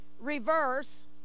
reverse